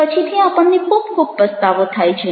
પછીથી આપણને ખૂબ ખૂબ પસ્તાવો થાય છે